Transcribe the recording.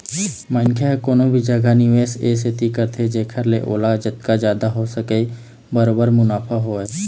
मनखे ह कोनो भी जघा निवेस ए सेती करथे जेखर ले ओला जतका जादा हो सकय बरोबर मुनाफा होवय